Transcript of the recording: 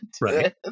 right